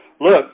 Look